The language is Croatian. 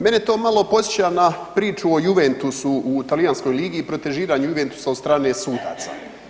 Mene to malo podsjeća na priču o Juventusu u Talijanskoj ligi i protežiranju Juventusa od strane sudaca.